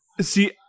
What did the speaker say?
See